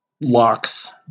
locks